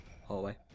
hallway